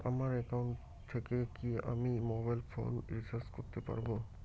আমার একাউন্ট থেকে কি আমি মোবাইল ফোন রিসার্চ করতে পারবো?